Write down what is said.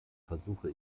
versuche